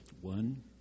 one